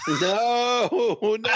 No